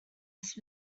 ice